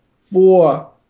four